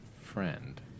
friend